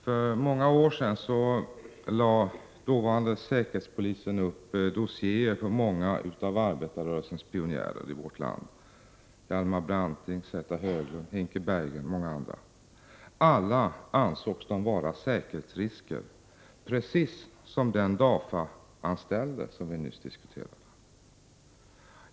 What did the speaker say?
För många år sedan lade dåvarande säkerhetspolisen upp dossiéer för många av arbetarrörelsens pionjärer i vårt land: Hjalmar Branting, Zäta Höglund, Hinke Berggren och många andra. Alla ansågs de vara säkerhetsrisker, precis som den DAFA-anställde som vi nyss diskuterade.